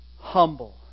humble